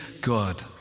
God